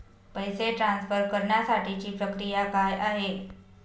पैसे ट्रान्सफर करण्यासाठीची प्रक्रिया काय आहे?